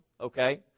Okay